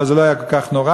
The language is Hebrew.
אבל זה לא היה כל כך נורא,